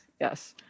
yes